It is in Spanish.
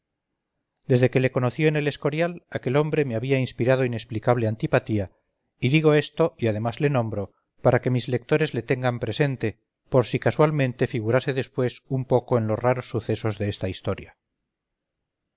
desde que le conocí en el escorial aquel hombre me había inspirado inexplicable antipatía y digo esto y además le nombro para que mis lectores le tengan presente por si casualmente figurase después un poco en los raros sucesos de esta historia